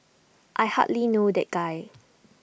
I hardly know that guy